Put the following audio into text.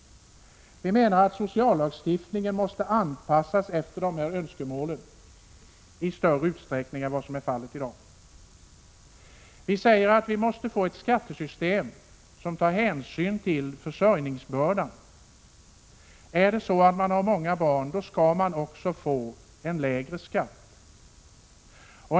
Vi menar att sociallagstiftningen måste anpassas efter dessa önskemål i större utsträckning än vad som i dag sker. Vi måste få ett skattesystem som tar hänsyn till försörjningsbördan. Har man många barn, skall man också få en lägre skatt.